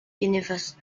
universe